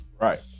right